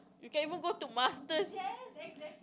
you can even go to masters